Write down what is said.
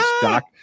doc